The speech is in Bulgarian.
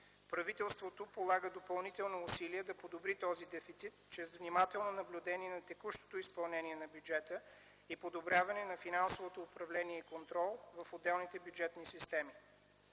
Правителството полага допълнително усилие да подобри този дефицит чрез внимателно наблюдение на текущото изпълнение на бюджета и подобряване на финансовото управление и контрол в отделните бюджетни системи.